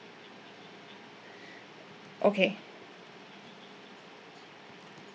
okay